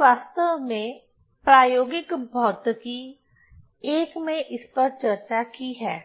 मैंने वास्तव में प्रायोगिक भौतिकी I में इस पर चर्चा की है